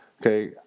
okay